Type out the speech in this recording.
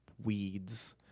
Weeds